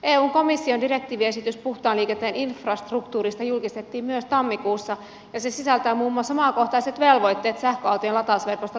eun komission direktiiviesitys puhtaan liikenteen infrastruktuurista julkistettiin myös tammikuussa ja se sisältää muun muassa maakohtaiset velvoitteet sähköautojen latausverkoston rakentamiseksi